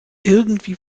irgendwie